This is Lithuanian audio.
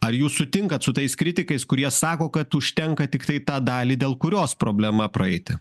ar jūs sutinkat su tais kritikais kurie sako kad užtenka tiktai tą dalį dėl kurios problema praeiti